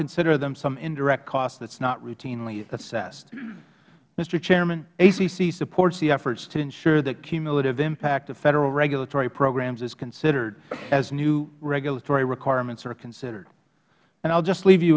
consider them some indirect cost that is not routinely assessed mister chairman ccc supports the efforts to ensure that cumulative impact of federal regulatory programs is considered as new regulatory requirements are considered and i will just leave you